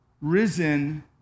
risen